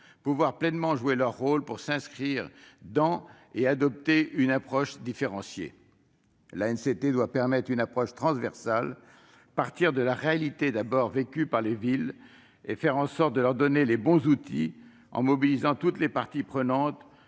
pouvoir pleinement jouer leur rôle pour s'inscrire dans le dispositif et adopter une approche différenciée. L'ANCT doit permettre une démarche transversale : partir de la réalité vécue par les villes et faire en sorte de leur donner les bons outils en mobilisant toutes les parties prenantes